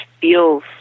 feels